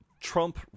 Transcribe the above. Trump